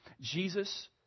Jesus